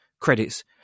credits